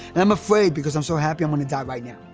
i'm afraid because i'm so happy i'm gonna die right now